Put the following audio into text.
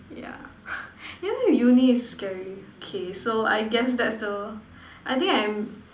ya you know Uni is scary okay so I guess that's the I think I am